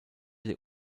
der